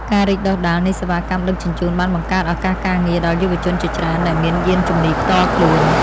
ការរីកដុះដាលនៃសេវាកម្មដឹកជញ្ជូនបានបង្កើតឱកាសការងារដល់យុវជនជាច្រើនដែលមានយានជំនិះផ្ទាល់ខ្លួន។